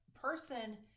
person